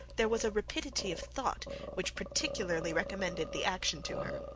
there was a rapidity of thought which particularly recommended the action to her.